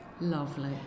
Lovely